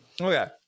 Okay